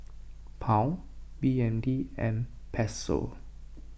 Pound B N D and Peso